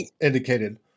indicated